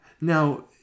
Now